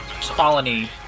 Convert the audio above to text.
colony